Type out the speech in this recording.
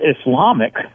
Islamic